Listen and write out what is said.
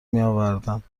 میآورند